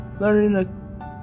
Learning